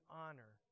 honor